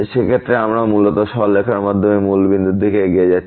সেক্ষেত্রে আমরা মূলত সরলরেখার মাধ্যমে মূল বিন্দুর দিকে এগিয়ে যাচ্ছি